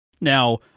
Now